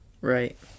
Right